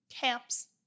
Camps